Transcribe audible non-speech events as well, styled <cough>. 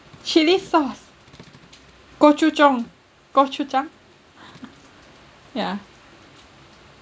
chilli sauce gochujang gochujang <laughs> yeah